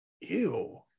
ew